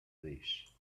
wish